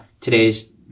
today's